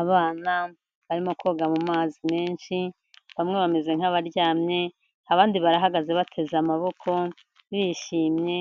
Abana barimo koga mu mazi menshi, bamwe bameze nk'abaryamye, abandi barahagaze bateze amaboko, bishimye